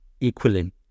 equally